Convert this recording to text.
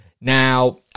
Now